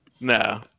No